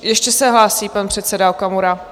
Ještě se hlásí pan předseda Okamura.